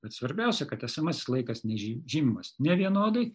bet svarbiausia kad esamasis laikas nežy žymimas nevienodai